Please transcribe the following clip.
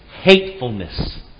hatefulness